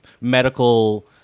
medical